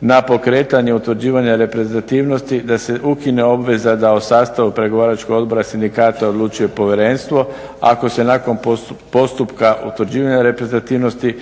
na pokretanje utvrđivanja reprezentativnosti, da se ukine obveza da o sastavu pregovaračkog odbora sindikata odlučuje povjerenstvo ako se nakon postupka utvrđivanja reprezentativnosti